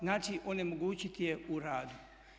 Znači onemogućiti je u radu.